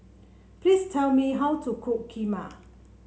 please tell me how to cook Kheema